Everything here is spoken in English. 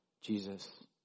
Jesus